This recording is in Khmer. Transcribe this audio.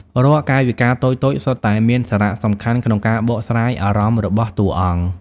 រាល់កាយវិការតូចៗសុទ្ធតែមានសារៈសំខាន់ក្នុងការបកស្រាយអារម្មណ៍របស់តួអង្គ។